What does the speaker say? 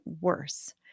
worse